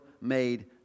made